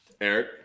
Eric